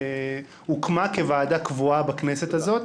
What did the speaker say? הוקמה כוועדה קבועה בכנסת הזאת.